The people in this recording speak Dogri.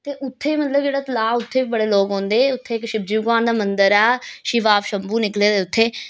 ते उत्थें मतलब जेहड़ा तालाब ऐ ते उत्थें बी बड़े लोक औंदे ते उत्थें इक शिवजी भगवान दा मंदर ऐ शिव आप शम्बू निकले दे उत्थें